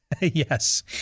Yes